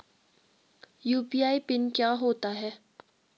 UPI pin क्या होता है?